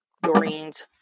Doreen's